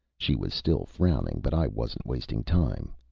she was still frowning, but i wasn't wasting time.